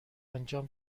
انجام